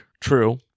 True